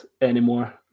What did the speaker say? anymore